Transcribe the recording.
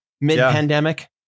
mid-pandemic